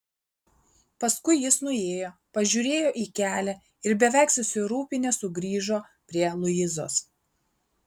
paskui jis nuėjo pažiūrėjo į kelią ir beveik susirūpinęs sugrįžo prie luizos